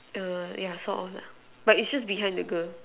the yeah sort of lah but it is just behind the girl